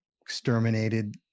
exterminated